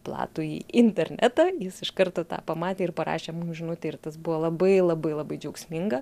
platųjį internetą jis iš karto tą pamatė ir parašė mum žinutę ir tas buvo labai labai labai džiaugsminga